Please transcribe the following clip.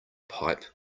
pipe